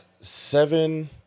Seven